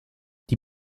die